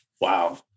Wow